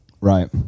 right